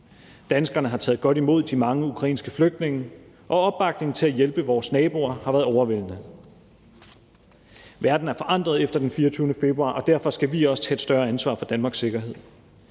Danskerne har taget godt imod de mange ukrainske flygtninge, og opbakningen til at hjælpe vores naboer har været overvældende. Verden er forandret efter den 24. februar, og derfor skal vi også tage et større ansvar for Danmarks sikkerhed.